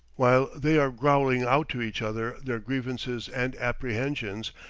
while they are growling out to each other their grievances and apprehensions,